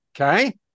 Okay